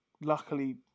luckily